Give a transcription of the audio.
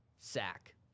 sack